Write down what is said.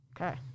okay